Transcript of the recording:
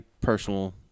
personal